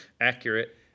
Accurate